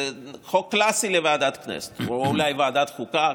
זה חוק קלאסי לוועדת הכנסת, או אולי לוועדת החוקה,